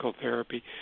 therapy